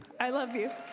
i love you.